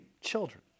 children